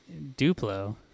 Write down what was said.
Duplo